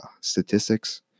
statistics